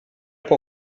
può